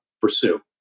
pursue